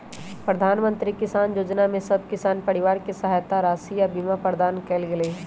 प्रधानमंत्री किसान जोजना में सभ किसान परिवार के सहायता राशि आऽ बीमा प्रदान कएल गेलई ह